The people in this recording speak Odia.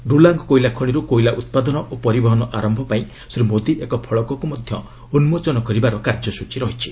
ଡ୍ରଲାଙ୍ଗ କୋଇଲା ଖଶିରୁ କୋଇଲା ଉତ୍ପାଦନ ଓ ପରିବହନ ଆରମ୍ଭ ପାଇଁ ଶ୍ରୀ ମୋଦି ଏକ ଫଳକକୁ ମଧ୍ୟ ଉନ୍କୋଚନ କରିବାର କାର୍ଯ୍ୟସ୍ଚୀ ରହିଛି